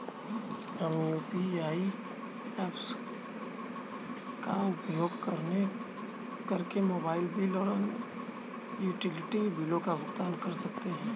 हम UPI apps का उपयोग करके मोबाइल बिल और अन्य यूटिलिटी बिलों का भुगतान कर सकते हैं